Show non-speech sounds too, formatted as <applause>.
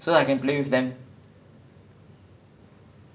they don't wanna <laughs> but then they never buy modern warfare is it